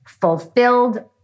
fulfilled